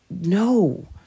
No